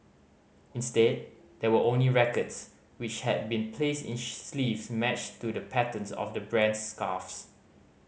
instead there were only records which had been placed in sleeves matched to the patterns of the brand's scarves